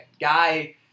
guy